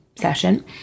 session